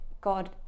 God